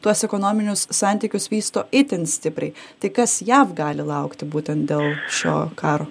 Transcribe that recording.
tuos ekonominius santykius vysto itin stipriai tai kas jav gali laukti būtent dėl šio karo